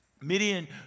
Midian